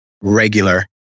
regular